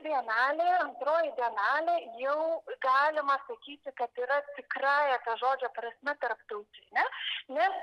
bienalė antroji bienalė jau galima sakyti kad yra tikrąja to žodžio prasme tarptautinė nes